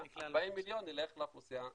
40 מיליון יילך לאוכלוסייה הערבית,